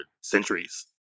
centuries